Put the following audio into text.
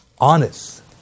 honest